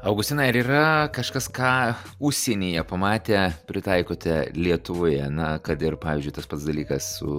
augustinai ar yra kažkas ką užsienyje pamatę pritaikote lietuvoje na kad ir pavyzdžiui tas pats dalykas su